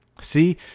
See